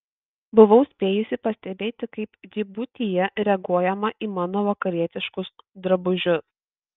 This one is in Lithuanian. buvau spėjusi pastebėti kaip džibutyje reaguojama į mano vakarietiškus drabužius